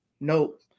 Nope